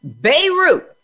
Beirut